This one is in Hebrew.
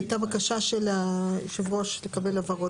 איזה סעיפים הם סעיפים שבהם יש התחייבות?